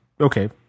okay